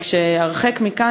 רק שהרחק מכאן,